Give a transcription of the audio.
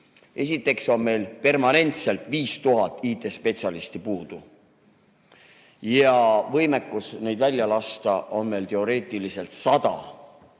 Esiteks on meil permanentselt 5000 IT‑spetsialisti puudu. Ja võimekus neid välja lasta on teoreetiliselt 100